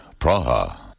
Praha